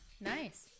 Nice